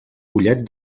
collet